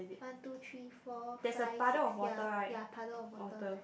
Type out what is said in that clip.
one two three four five six ya ya puddle of water